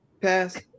Pass